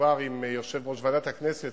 דובר עם יושב-ראש ועדת הכנסת,